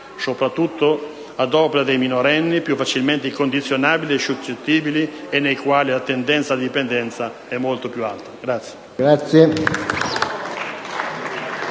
soprattutto ad opera dei minorenni più facilmente condizionabili e suscettibili, e nei quali la tendenza alla dipendenza è molto più alta.